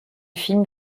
film